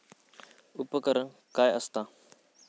उपकरण काय असता?